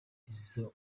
izo